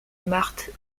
marthe